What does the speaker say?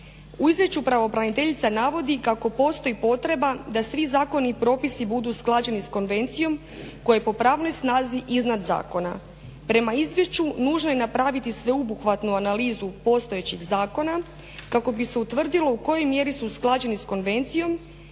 U izvješću pravobraniteljica navodi kako postoji potreba da svi zakoni i propisi budu usklađeni sa konvencijom koja po pravnoj snazi iznad zakona. Prema izvješću nužno je napraviti sveobuhvatnu analizu postojećeg zakona kako bi se utvrdilo u kojoj mjeri su usklađeni sa konvencijom,